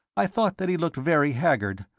i thought that he looked very haggard,